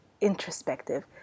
introspective